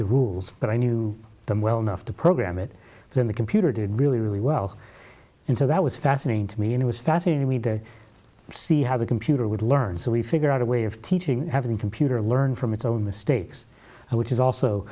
the rules but i knew them well enough to program it then the computer did really really well and so that was fascinating to me and it was fascinating to me to see how the computer would learn so we figure out a way of teaching and have the computer learn from its own mistakes which is also